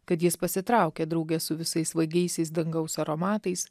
kad jis pasitraukė drauge su visais svaigiaisiais dangaus aromatais